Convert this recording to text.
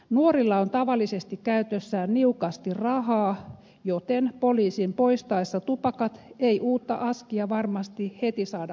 nuorilla on tavallisesti käytössään niukasti rahaa joten poliisin poistaessa tupakat ei uutta askia varmasti heti saada hankittua